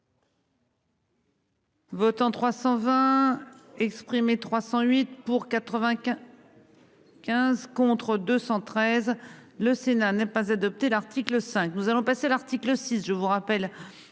Votants 320 exprimés, 308 pour 95. 15 contre 213, le Sénat n'est pas adopté l'article 5. Nous allons passer l'article 6 je vous rappelle